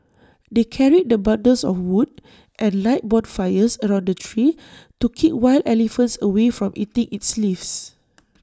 they carried the bundles of wood and light bonfires around the tree to keep wild elephants away from eating its leaves